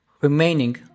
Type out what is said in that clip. remaining